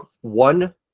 one